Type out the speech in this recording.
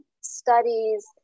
studies